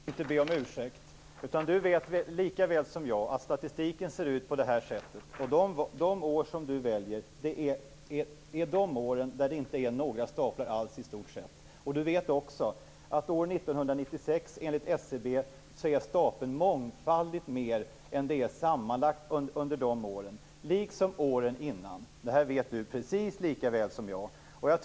Fru talman! Nej, jag tänker inte be om ursäkt. Statsrådet vet, likaväl som jag, att statistiken ser ut som framgår av det diagram jag håller i handen. De år som statsrådet valde är de år där det i stort sett inte finns några staplar. Statsrådet vet också att enligt SCB är stapeln mångfaldigt större för år 1986 än vad de övriga staplarna är sammanlagt för de åren, liksom åren innan. Det vet statsrådet precis likaväl som jag.